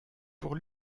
pour